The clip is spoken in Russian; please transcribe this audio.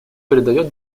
придает